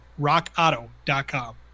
RockAuto.com